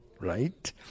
right